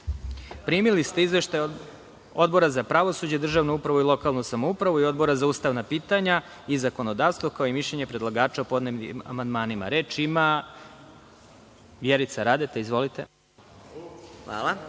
ste izveštaje Odbora za pravosuđe, državnu upravu i lokalnu samoupravu i Odbora za ustavna pitanja i zakonodavstvo, kao i mišljenje predlagača o podnetim amandmanima. Reč ima narodni poslanik Vjerica Radeta. Izvolite.